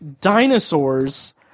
dinosaurs